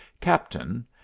Captain